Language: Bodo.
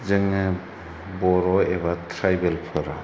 जोङो बर' एबा ट्राइबेलफोरा